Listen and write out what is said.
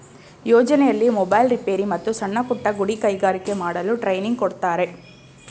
ಯೋಜನೆಯಲ್ಲಿ ಮೊಬೈಲ್ ರಿಪೇರಿ, ಮತ್ತು ಸಣ್ಣಪುಟ್ಟ ಗುಡಿ ಕೈಗಾರಿಕೆ ಮಾಡಲು ಟ್ರೈನಿಂಗ್ ಕೊಡ್ತಾರೆ